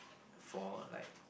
for like